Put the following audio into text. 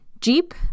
Jeep